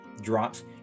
drops